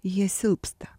jie silpsta